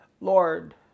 Lord